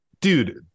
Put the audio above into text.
Dude